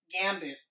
gambit